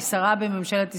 אני שרה בממשלת ישראל.